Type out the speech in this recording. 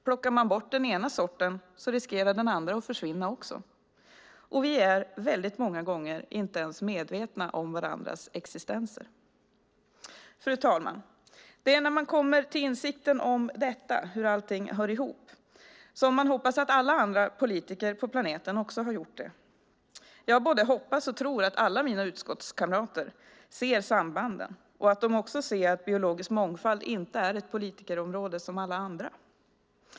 Plockar man bort den ena sorten riskerar den andra att försvinna också, och vi är många gånger inte ens medvetna om varandras existens. Fru talman! Det är när man kommer till insikten om hur allting hör ihop som man hoppas att alla andra politiker på planeten också har gjort det. Jag både hoppas och tror att alla mina utskottskamrater ser sambanden och att de också ser att biologisk mångfald inte är ett politikområde som alla andra.